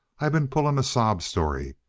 i been pulling a sob story,